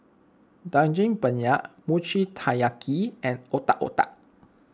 Daging Penyet Mochi Taiyaki and Otak Otak